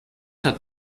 hat